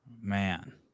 Man